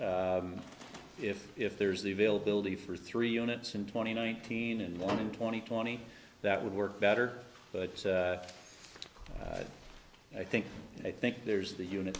world if if there's the availability for three units in twenty nineteen and one in twenty twenty that would work better but i think i think there's the unit